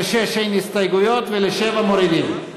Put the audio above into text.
ל-6 אין הסתייגויות ול-7 מורידים.